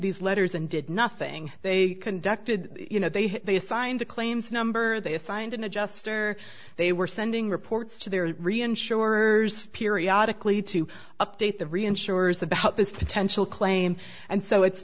these letters and did nothing they conducted you know they had they assigned a claims number they assigned an adjuster they were sending reports to their reinsurers periodically to update the reinsurers about this potential claim and so it's